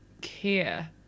care